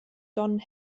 don